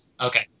Okay